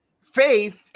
Faith